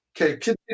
Okay